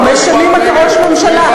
חמש שנים אתה ראש ממשלה.